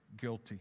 guilty